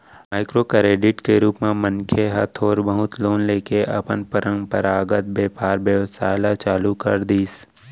micro credit के रुप म मनखे ह थोर बहुत लोन लेके अपन पंरपरागत बेपार बेवसाय ल चालू कर दिस